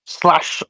slash